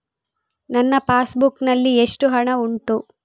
ನನ್ನ passbook ನಲ್ಲಿ ಎಷ್ಟು ಹಣ ಉಂಟು?